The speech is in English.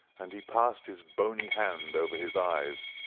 and he passed his boney hand over his eyes.